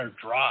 drive